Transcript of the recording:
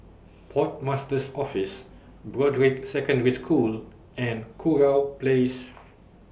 Port Master's Office Broadrick Secondary School and Kurau Place